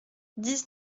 dix